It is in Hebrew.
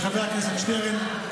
לחבר הכנסת שטרן,